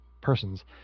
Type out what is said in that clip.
persons